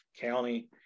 county